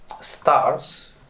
stars